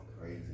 crazy